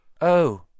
Oh